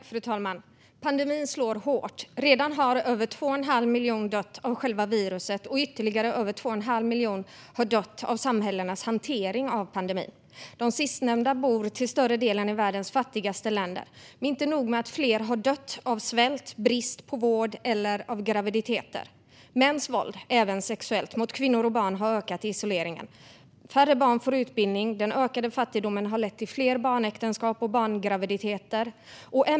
Fru talman! Pandemin slår hårt. Redan har över 2 1⁄2 miljon människor dött av själva viruset, och ytterligare över 2 1⁄2 miljon människor har dött av samhällenas hantering av pandemin. De sistnämnda bor till större delen i världens fattigaste länder. Inte nog med att fler har dött av svält, brist på vård och graviditeter - mäns våld, även sexuellt, mot kvinnor och barn har ökat i isoleringen. Färre barn får utbildning. Den ökade fattigdomen har lett till fler barnäktenskap och barngraviditeter.